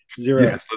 Zero